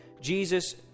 Jesus